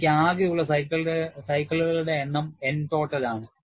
എനിക്ക് ആകെ ഉള്ള സൈക്കിളുകളുടെ എണ്ണം N total ആണ്